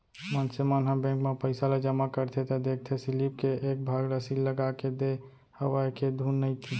मनसे मन ह बेंक म पइसा ल जमा करथे त देखथे सीलिप के एक भाग ल सील लगाके देय हवय के धुन नइते